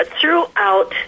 Throughout